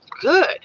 good